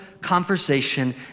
conversation